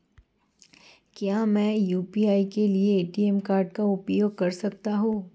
क्या मैं यू.पी.आई के लिए ए.टी.एम कार्ड का उपयोग कर सकता हूँ?